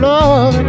Love